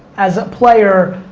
as a player,